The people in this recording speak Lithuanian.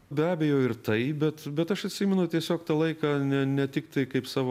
be abejo ir tai bet bet aš atsimenu tiesiog tą laiką ne ne tik tai kaip savo